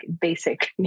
basic